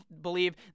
believe